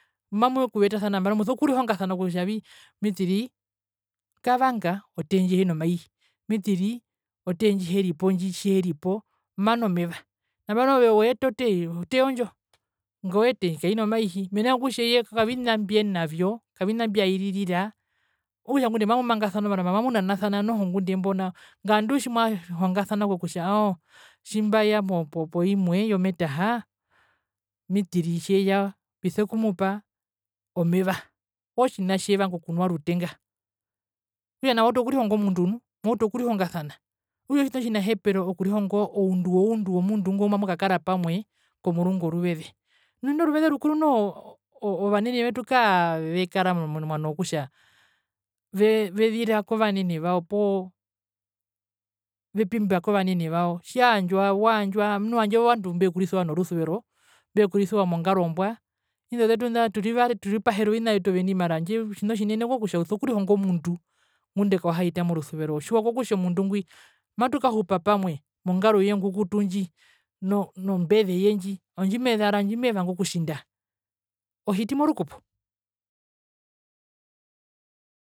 Mamuyekuvetasana nambano muso kurihonga kutja mitiri kavanga otee ndjihina maihi mitiri otee njiheripo ndji tjiheripo manu omeva nambano ove oeta otee, otee oondjo mena rokutja kavina mbyenavyo kavina mbiairirira okutja ngundee mamumangasana omarama mamunanasa mbo ngunde mbo nao ngandu tjimwahongasana kokutja oo tjimbaya poimwe yometaha mitiri tjeya mbiso kuupa omeva oo tjina tjevanga okunwa rutenga okutja nao wautu okurihonga omundu nu mwautu okurihongasana okutja otjina otjinahepero okurihonga oundu woundu womundu ngo ngumamukakara pamwe komurungu oruveze nu indo ruveze rukuru noho ovanene vetu kaavekara momwano wokutja ve ve zira kovanene vao vepimba kovenene vao tjaandjwa waandjwa nu handje ovandu mbekurisiwa norusuvero mbekurisiwa mongaro mbwa indo zetu nda turipahera oveni ovina vyetu oveni mara hanjde otjina otjinene ookutja uso kurihonga omundu ngunda kwahita morusuvero otjiwa kokutja omundu ngwi matukahupa pamwe mongaroye ongukukutu ndji no no mbeze ndji ondjimezara ondjimevanga okutjinda ohiti morukupo.